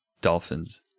dolphins